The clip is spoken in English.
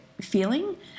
feeling